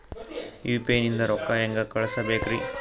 UPI ನಿಂದ ರೊಕ್ಕ ಹೆಂಗ ಕಳಸಬೇಕ್ರಿ?